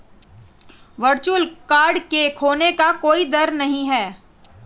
virtual card के खोने का कोई दर नहीं है